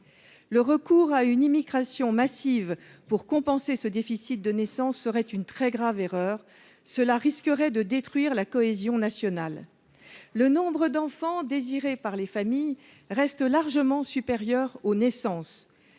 Le recours à une immigration massive pour compenser ce déficit de naissances serait une très grave erreur. Cela risquerait de détruire la cohésion nationale. Le nombre d’enfants désirés par les familles reste largement supérieur aux naissances.